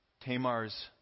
Tamar's